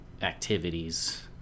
activities